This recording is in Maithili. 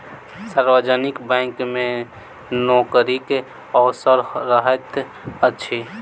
सार्वजनिक बैंक मे नोकरीक अवसर रहैत अछि